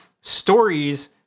Stories